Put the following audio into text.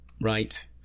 Right